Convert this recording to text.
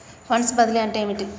Funds బదిలీ అంటే ఏమిటి?